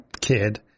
kid